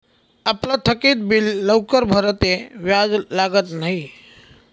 आपलं थकीत बिल लवकर भरं ते व्याज लागत न्हयी